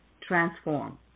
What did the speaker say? transform